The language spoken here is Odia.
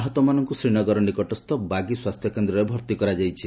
ଆହତମାନଙ୍କୁ ଶ୍ରୀନଗର ନିକଟସ୍ଥ ବାଗି ସ୍ପାସ୍ଥ୍ୟକେନ୍ଦ୍ରରେ ଭର୍ତ୍ତି କରାଯାଇଛି